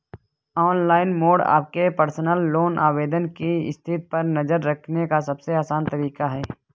online mode आपके personal loan आवेदन की स्थिति पर नज़र रखने का सबसे आसान तरीका है